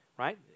Right